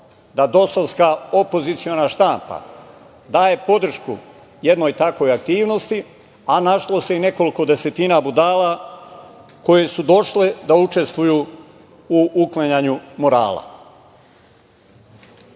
da dosovska opoziciona štampa daje podršku jednoj takvoj aktivnosti, a našlo se i nekoliko desetina budala koje su došle da učestvuju u uklanjanju murala. Ili,